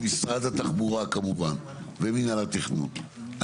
משרד התחבורה כמובן ומנהל התכנון,